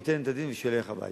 והוא ייתן את הדין ושילך הביתה.